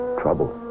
trouble